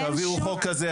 תעבירו חוק כזה.